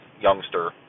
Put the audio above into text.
youngster